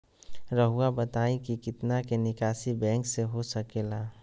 रहुआ बताइं कि कितना के निकासी बैंक से हो सके ला?